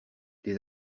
des